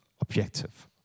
objective